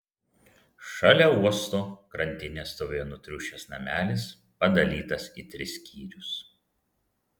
šalia uosto krantinės stovėjo nutriušęs namelis padalytas į tris skyrius